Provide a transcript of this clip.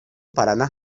paraná